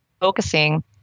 focusing